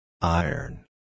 Iron